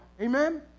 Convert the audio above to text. Amen